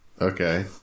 Okay